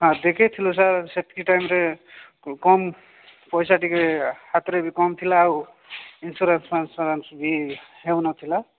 ହଁ ଦେଖେଇଥିଲୁ ସାର୍ ସେତିକି ଟାଇମ୍ରେ କମ୍ ପଇସା ଟିକିଏ ହାତେରେ ବି କମ୍ ଥିଲା ଆଉ ଇନ୍ସୁରାନ୍ସ୍ ଫିନ୍ସୁରାନ୍ସ୍ ବି ହେଉନଥିଲା